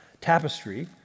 tapestry